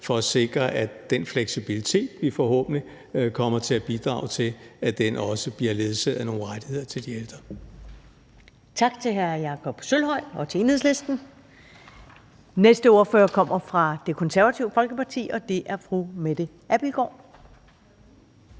for at sikre, at den fleksibilitet, vi forhåbentlig kommer til at bidrage til, også bliver ledsaget af nogle rettigheder til de ældre. Kl. 20:11 Første næstformand (Karen Ellemann): Tak til hr. Jakob Sølvhøj og til Enhedslisten. Den næste ordfører kommer fra Det Konservative Folkeparti, og det er fru Mette Abildgaard.